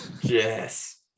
Yes